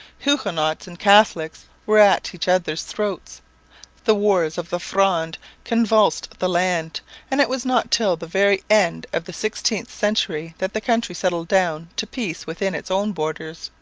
huguenots and catholics were at each other's throats the wars of the fronde convulsed the land and it was not till the very end of the sixteenth century that the country settled down to peace within its own borders.